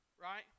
right